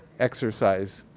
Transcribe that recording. exercise.